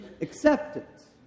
acceptance